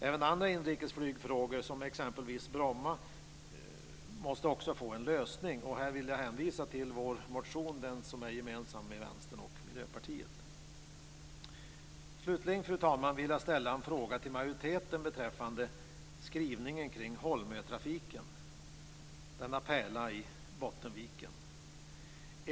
Även andra inrikesflygfrågor, som exempelvis Bromma, måste få en lösning. Här vill jag hänvisa till vår motion som är gemensam med Vänstern och Miljöpartiet. Slutligen, fru talman, vill jag ställa en fråga till majoriteten beträffande skrivningen kring trafiken till Holmön, denna pärla i Bottenviken.